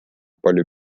palju